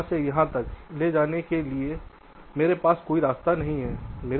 यहाँ से यहाँ तक ले जाने के लिए मेरे पास कोई रास्ता नहीं है